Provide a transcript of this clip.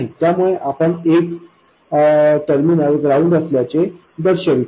त्यामुळे आपण एक टर्मिनल ग्राउंड असल्याचे दर्शवितो